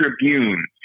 Tribune